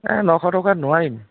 এই নশ টকাত নোৱাৰিম